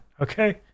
Okay